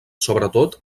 sobretot